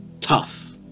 tough